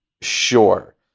sure